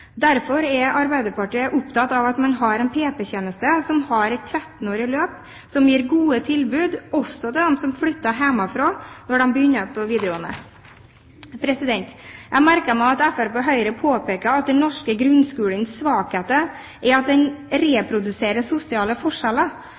Derfor er Arbeiderpartiet opptatt av at man har en PP-tjeneste som har et 13-årig løp som gir gode tilbud også til dem som flytter hjemmefra når de begynner på videregående. Jeg merket meg at Fremskrittspartiet og Høyre påpeker at den norske grunnskolens svakhet er at den